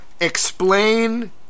Explain